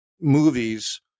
movies